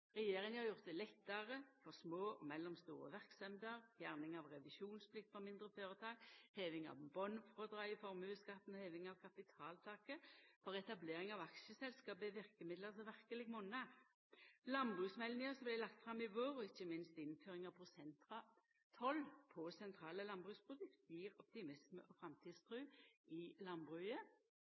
Regjeringa har gjort det lettare for små og mellomstore verksemder. Fjerning av revisjonsplikt for mindre føretak, heving av botnfrådraget i formuesskatten og heving av kapitaltaket for etablering av aksjeselskap er verkemiddel som verkeleg monnar. Landbruksmeldinga som vart lagd fram i vår, og ikkje minst innføring av prosenttoll på sentrale landbruksprodukt, gjev optimisme og framtidstru i landbruket.